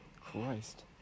Christ